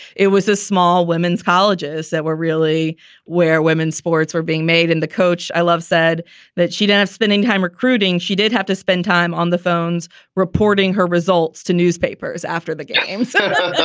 it was a small women's colleges that were really where women's sports were being made. and the coach i love said that she'd and have spending time recruiting. she did have to spend time on the phones reporting her results to newspapers after the game so